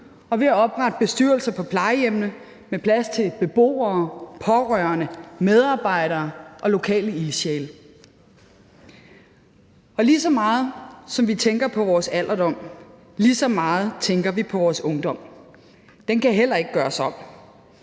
og ved at oprette bestyrelser på plejehjemmene med plads til beboere, pårørende, medarbejdere og lokale ildsjæle. Lige så meget som vi tænker på vores alderdom, tænker vi på vores ungdom. Den kan heller ikke gøres om.